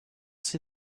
see